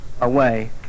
away